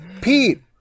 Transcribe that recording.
Pete